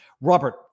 Robert